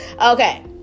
Okay